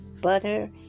butter